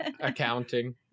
Accounting